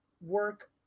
work